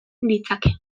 ditzake